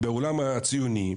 בעולם הציוני,